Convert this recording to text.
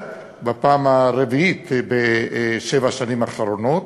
ומובא בפעם הרביעית בשבע השנים האחרונות.